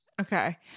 okay